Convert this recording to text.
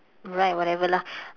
right whatever lah